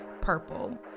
Purple